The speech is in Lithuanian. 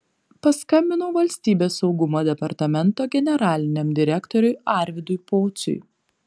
paskambinau valstybės saugumo departamento generaliniam direktoriui arvydui pociui